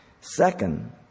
Second